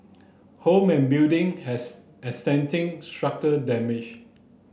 home and building has structure damage